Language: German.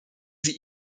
sie